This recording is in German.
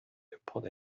import